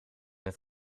het